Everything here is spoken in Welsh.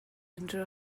unrhyw